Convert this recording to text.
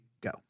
go